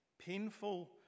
Painful